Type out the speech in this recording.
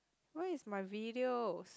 where is my videos